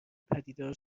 پدیدار